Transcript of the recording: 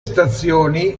stazioni